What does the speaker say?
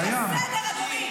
לרדת, הסתיים הזמן.